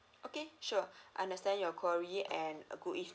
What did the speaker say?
okay sure I understand your query and a good evening